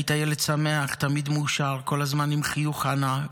היית ילד שמח, תמיד מאושר, כל הזמן עם חיוך ענק.